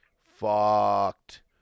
Fucked